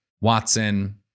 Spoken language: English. Watson